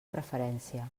preferència